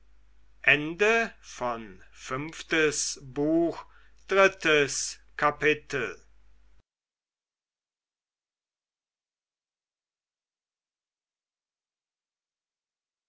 fünftes buch erstes kapitel